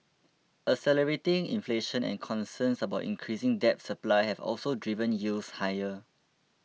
accelerating inflation and concerns about increasing debt supply have also driven yields higher